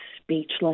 speechless